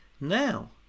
now